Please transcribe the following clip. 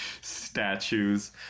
statues